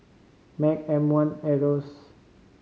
MAG M One Asos